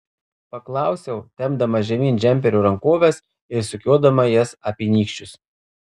paklausiau tempdama žemyn džemperio rankoves ir sukiodama jas apie nykščius